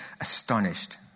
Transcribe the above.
Astonished